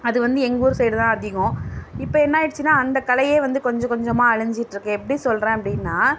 அது வந்து எங்கள் ஊர் சைடுதான் அதிகம் இப்போ என்ன ஆயிடுச்சுனால் அந்த கலையே கொஞ்சம் கொஞ்சமாக அழிஞ்சுட்டு இருக்குது எப்படி சொல்கிறேன் அப்படின்னா